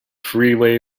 freeway